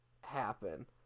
happen